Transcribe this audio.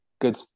good